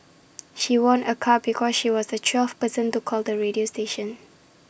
she won A car because she was the twelfth person to call the radio station